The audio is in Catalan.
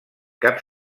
cap